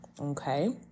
okay